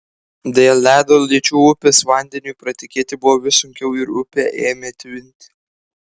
dėl ledo lyčių upės vandeniui pratekėti buvo vis sunkiau ir upė ėmė tvinti